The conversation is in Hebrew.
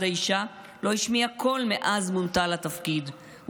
האישה לא השמיעה קול מאז מונתה לתפקידה,